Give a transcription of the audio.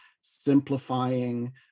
simplifying